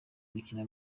gukina